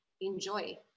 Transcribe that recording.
enjoy